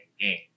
game